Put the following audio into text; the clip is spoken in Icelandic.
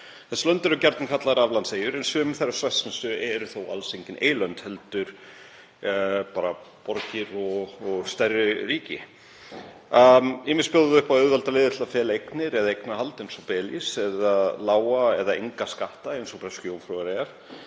Þessi lönd eru gjarnan kölluð aflandseyjar, en sum þeirra svæsnustu eru þó alls engin eylönd heldur bara borgir og stærri ríki. Ýmist bjóða þau upp á auðveldar leiðir til að fela eignir eða eignarhald eins og Belís, eða lága eða enga skatta eins og Bresku Jómfrúreyjar,